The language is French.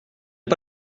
pas